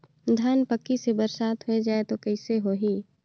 धान पक्की से बरसात हो जाय तो कइसे हो ही?